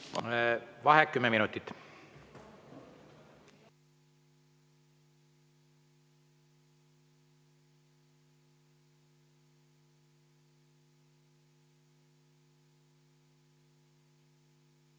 Vaheaeg kümme minutit.